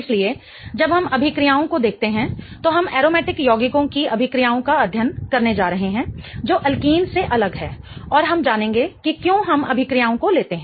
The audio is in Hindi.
इसलिए जब हम अभिक्रियाओं को देखते हैं तो हम एरोमेटिक यौगिकों की अभिक्रियाओं का अध्ययन करने जा रहे हैं जो अल्कीन से अलग है और हम जानेंगे कि क्यों हम अभिक्रियाओं को लेते हैं